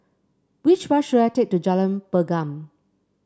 which bus should I take to Jalan Pergam